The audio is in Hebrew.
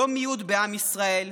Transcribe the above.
לא מיעוט בעם ישראל,